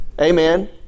Amen